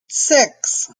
six